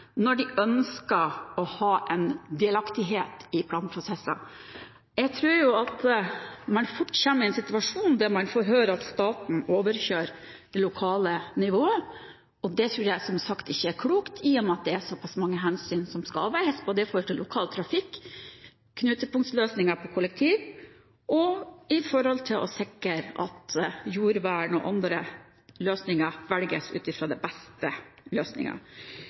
når de ønsker å ha en delaktighet i planprosesser. Jeg tror at man fort kommer i en situasjon der man får høre at staten overkjører det lokale nivået, og det tror jeg, som sagt, ikke er klokt i og med at det er såpass mange hensyn som skal avveies både i forhold til lokal trafikk, knutepunktløsninger for kollektivtrafikk, og når det gjelder å sikre at de beste løsningene velges med hensyn til jordvern og andre